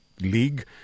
league